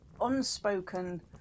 unspoken